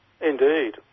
Indeed